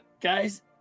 guys